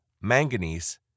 manganese